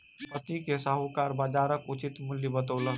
संपत्ति के साहूकार बजारक उचित मूल्य बतौलक